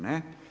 Ne.